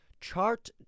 Chart